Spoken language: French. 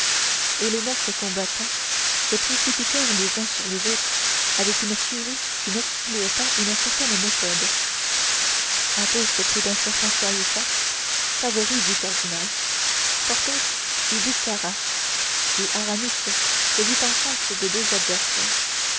et les neuf combattants se précipitèrent les uns sur les autres avec une furie qui n'excluait pas une certaine méthode athos prit un certain cahusac favori du cardinal porthos eut biscarat et aramis se vit en face de deux adversaires